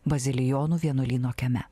bazilijonų vienuolyno kieme